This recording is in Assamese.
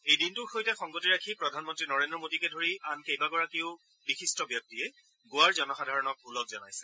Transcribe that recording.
এই দিনটোৰ সৈতে সংগতি ৰাখি প্ৰধানমন্ত্ৰী নৰেন্দ্ৰ মোদীকে ধৰি আন কেইবাগৰাকীও বিশিষ্ট ব্যক্তিয়ে গোৱাৰ জনসাধাৰণক ওলগ জনাইছে